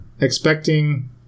expecting